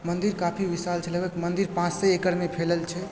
मन्दिर काफी विशाल छै लगभग मन्दिर पाँच सए एकड़मे फैलल छै